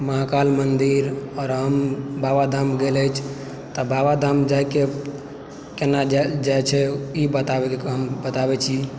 महाकाल मन्दिर आओर हम बाबा धाम गेल अछि तऽ बाबा धाम जाइके केना जाइ जाइ छै ई बताबैके बताबै छी